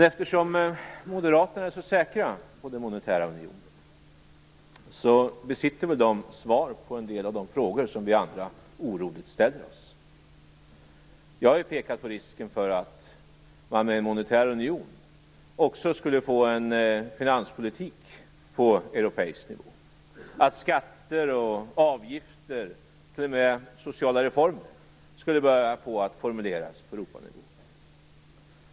Eftersom Moderaterna är så säkra på den monetära unionen besitter de väl svar på en del av de frågor som vi andra oroligt ställer oss. Vi har pekat på risken för att man med en monetär union också skulle få en finanspolitik på europeisk nivå, att skatter och avgifter och t.o.m. sociala reformer skulle börja formuleras på europanivå.